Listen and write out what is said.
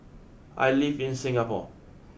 I live in Singapore